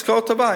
משכורת טובה,